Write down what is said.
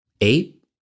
eight